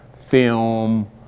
film